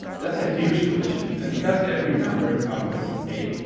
that's a huge collision, and because every number outputs eight,